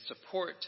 support